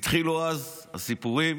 התחילו אז הסיפורים